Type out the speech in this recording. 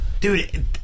dude